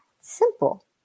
simple